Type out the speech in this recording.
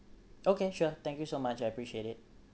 okay sure thank you so much appreciate it